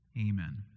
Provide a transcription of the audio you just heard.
Amen